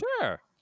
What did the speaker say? sure